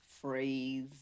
phrase